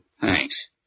Thanks